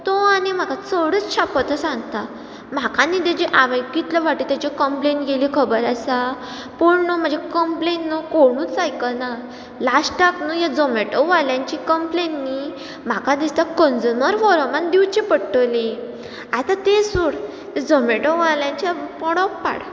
तो आनी म्हाका चडच शापोतां सांगता म्हाका न्ही तेजी हांवें कितले फाटी ताज्यो कंम्प्लेन केली खबर आसा पूण न्हू म्हाजी कंम्प्लेन न्हू कोणूच आयकना लास्टाक न्हू ह्या झोमेटोवाल्यांची कंम्पेलन न्ही म्हाका दिसता कंन्ज्युमर फोरमान दिवची पडटली आतीं तें सोड झोमेटोवाल्याचें पडूं पाड